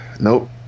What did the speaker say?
nope